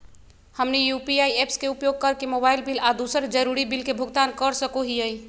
हमनी UPI apps के उपयोग करके मोबाइल बिल आ दूसर जरुरी बिल के भुगतान कर सको हीयई